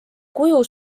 kuju